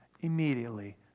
immediately